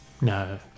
No